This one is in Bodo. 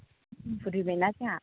बुरिबायना जोंहा